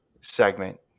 segment